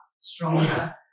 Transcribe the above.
stronger